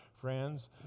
Friends